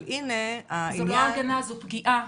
זו לא הגנה, זו פגיעה.